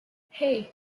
hey